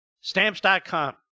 Stamps.com